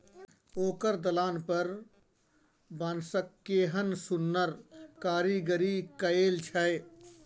ओकर दलान पर बांसक केहन सुन्नर कारीगरी कएल छै